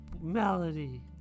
Melody